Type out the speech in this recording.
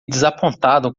desapontado